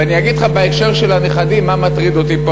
ואני אגיד לך בהקשר של הנכדים מה מטריד אותי פה,